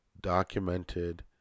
documented